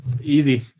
easy